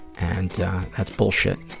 and that's bullshit.